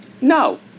No